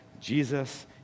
Jesus